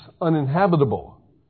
uninhabitable